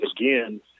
again